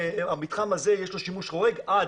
המתחם הזה יש לו שימוש חורג עד,